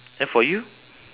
then for you